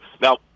Now